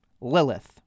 Lilith